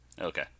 Okay